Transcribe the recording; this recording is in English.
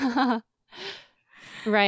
right